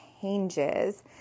changes